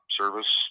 service